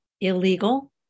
Illegal